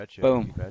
Boom